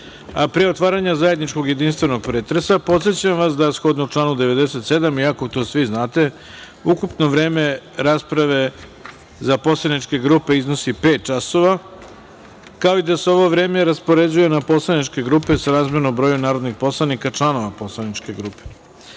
a pre otvaranja zajedničkog jedinstvenog pretresa, podsećam vas da je shodno članu 97. iako to svi znate, ukupno vreme rasprave za poslaničke grupe iznosi pet časova, kao i da se ovo vreme raspoređuje na poslaničke grupe srazmerno broju narodnih poslanika, članova poslaničkih